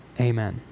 Amen